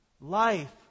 Life